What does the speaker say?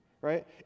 right